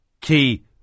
key